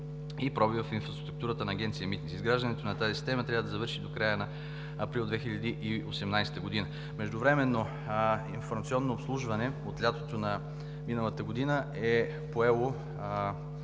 Междувременно „Информационно обслужване“ от лятото на миналата година е поело